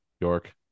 York